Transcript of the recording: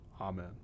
Amen